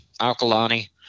Alkalani